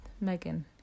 Megan